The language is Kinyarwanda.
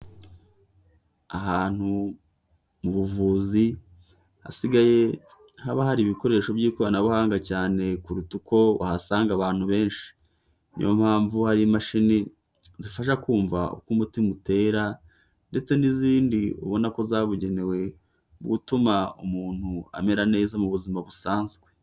Ahantu mu buvuzi, hasigaye haba hari ibikoresho by'ikoranabuhanga cyane kuruta uko wahasanga abantu benshi. Niyo mpamvu, hari imashini zifasha kumva uko umutima utera ndetse n'izindi ubona ko zabugenewe mu gutuma umuntu amera neza mu buzima busanzwe.